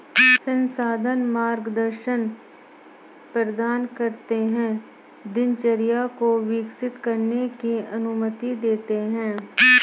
संस्थान मार्गदर्शन प्रदान करते है दिनचर्या को विकसित करने की अनुमति देते है